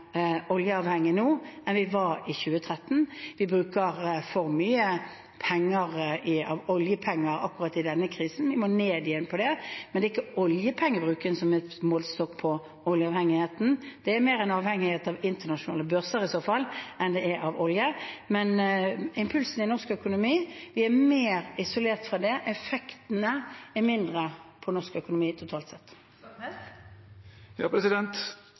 nå enn vi var i 2013. Vi bruker for mye oljepenger akkurat i denne krisen, vi må ned igjen på det, men det er ikke oljepengebruken som er målestokk på oljeavhengigheten, det er mer en avhengighet av internasjonale børser i så fall enn det er av olje. Impulsene i norsk økonomi er mer isolert fra det; effektene er mindre på norsk økonomi totalt sett. Det åpnes for oppfølgingsspørsmål – først Per Espen Stoknes.